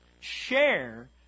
Share